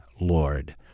lord